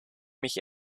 mich